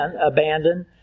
abandoned